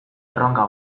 erronka